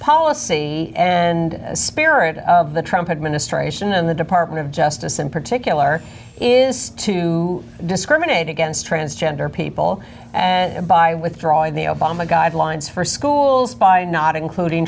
policy and spirit of the trump administration and the department of justice in particular is to discriminate against transgender people and by withdrawing the obama guidelines for schools by not including